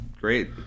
great